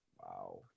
Wow